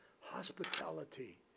hospitality